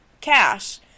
cash